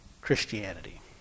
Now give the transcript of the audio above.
Christianity